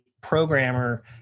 programmer